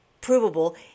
provable